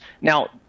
now